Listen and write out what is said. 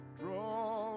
draw